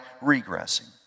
regressing